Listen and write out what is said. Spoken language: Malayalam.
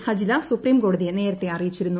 ഹജില സുപ്രീംകോടതിയെ നേരത്തെ അറിയിച്ചിരുന്നു